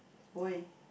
why